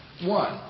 One